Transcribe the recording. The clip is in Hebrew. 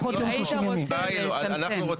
היית רוצה לצמצם.